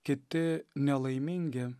kiti nelaimingi